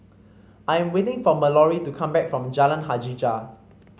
I am waiting for Malorie to come back from Jalan Hajijah